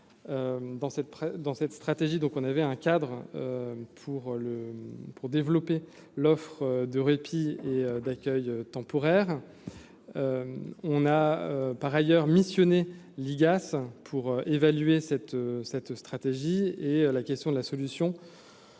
dans cette stratégie, donc on avait un cadre pour le, pour développer l'offre de répit et d'accueil temporaire on a par ailleurs missionner l'IGAS pour évaluer cette cette stratégie et à la question de la solution.